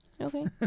Okay